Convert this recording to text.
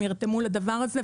נרתמו לדבר הזה,